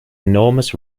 enormous